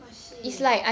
!wah! shit